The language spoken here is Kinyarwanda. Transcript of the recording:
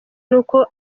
n’uko